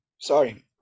sorry